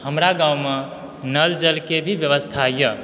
हमरा गाँवमे नल जलके भी व्यवस्था यऽ